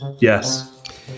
Yes